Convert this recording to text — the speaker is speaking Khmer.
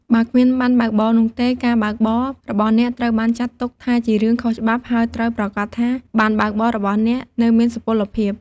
បើគ្មានប័ណ្ណបើកបរនោះទេ ការបើកបររបស់អ្នកត្រូវបានចាត់ទុកថាជារឿងខុសច្បាប់ ហើយត្រូវប្រាកដថា ប័ណ្ណបើកបររបស់អ្នកនៅមានសុពលភាព។។